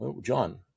John